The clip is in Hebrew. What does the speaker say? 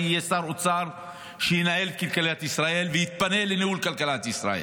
שיהיה שר אוצר שינהל את כלכלת ישראל ויתפנה לניהול כלכלת ישראל.